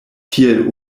tiel